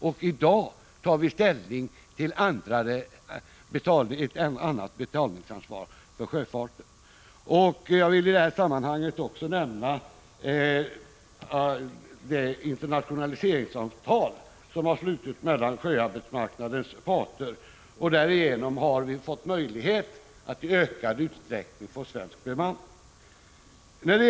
I dag tar vi ställning till ett ändrat betalningsansvar för sjöfarten. Jag vill i det här sammanhanget också nämna det internationaliseringsavtal som har slutits mellan sjöarbetsmarknadens parter. Därigenom har vi fått möjlighet att i ökad utsträckning få svensk bemanning på fartygen.